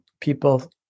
people